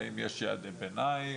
האם יש יעדי ביניים?